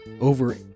over